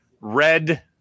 red